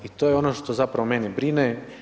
I to je ono što zapravo mene brine.